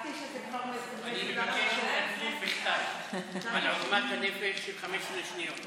אני מבקש שתתנצלי בכתב על עוגמת הנפש של 15 שניות.